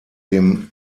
dem